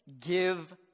give